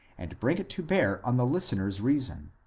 and bring it to bear on the listener's reason,